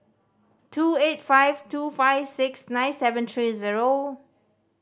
two eight five two five six nine seven three zero